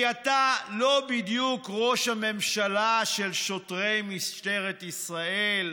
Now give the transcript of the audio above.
כי אתה לא בדיוק ראש הממשלה של שוטרי משטרת ישראל,